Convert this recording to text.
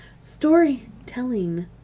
Storytelling